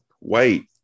wait